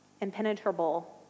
impenetrable